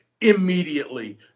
immediately